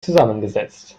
zusammengesetzt